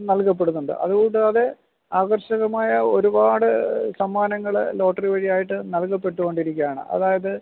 നൽകപ്പെടുന്നുണ്ട് അതുകൂടാതെ ആകർഷകമായ ഒരുപാട് സമ്മാനങ്ങൾ ലോട്ടറി വഴിയായിട്ട് നൽകപ്പെട്ട് കൊണ്ടിരിക്കയാണ് അതായത്